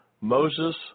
Moses